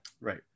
Right